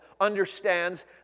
understands